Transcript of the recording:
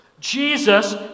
Jesus